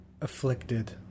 afflicted